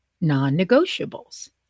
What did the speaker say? non-negotiables